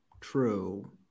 true